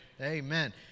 Amen